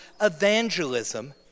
evangelism